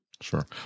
sure